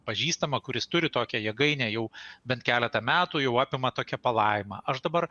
pažįstamą kuris turi tokią jėgainę jau bent keletą metų jau apima tokia palaima aš dabar